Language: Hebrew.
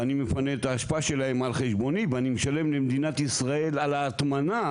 ואני מפנה את האשפה שלהם על חשבוני ואני משלם למדינת ישראל על ההטמנה